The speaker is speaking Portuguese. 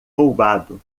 roubado